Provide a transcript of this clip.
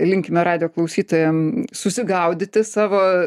linkime radijo klausytojam susigaudyti savo